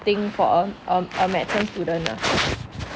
thing for a medicine student ah